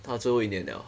他最后一年 liao